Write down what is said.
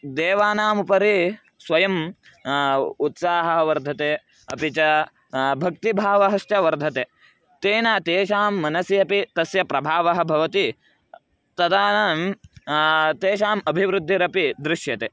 देवानामुपरि स्वयं उत्साहः वर्धते अपि च भक्तिभावः श्च वर्धते तेन तेषां मनसि अपि तस्य प्रभावः भवति तादानीं तेषाम् अभिवृद्धिरपि दृश्यते